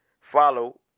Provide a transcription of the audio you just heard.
Follow